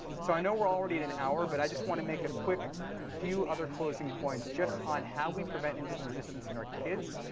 so i know we're already at an hour, but i just want to make a quick few other closing points just on how we prevent insulin resistance in our kids,